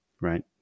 right